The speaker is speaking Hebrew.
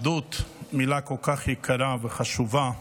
אחדות, מילה כל כך יקרה וחשובה,